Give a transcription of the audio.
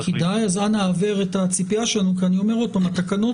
אנא העבר את הציפייה שלנו כי אני אומר שוב שהתקנות